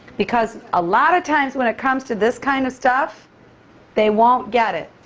because a lot of times when it comes to this kind of stuff they won't get it.